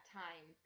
time